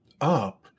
up